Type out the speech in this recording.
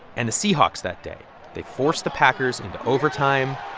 and the seahawks that day they forced the packers into overtime.